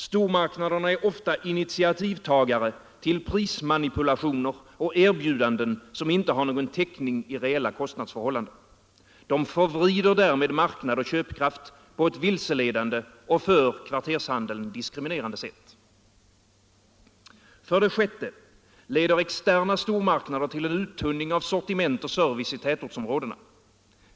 Stormarknaderna är ofta initiativtagare till prismanipulationer och erbjudanden som inte har någon täckning i reella kostnadsförhållanden. De förvrider därmed marknad och köpkraft på ett vilseledande och för kvartershandeln diskriminerande sätt. För det sjätte leder externa stormarknader till en uttunning av sortiment och service i tätortsområdena.